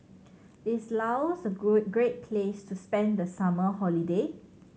is Laos great place to spend the summer holiday